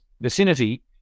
vicinity